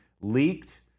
leaked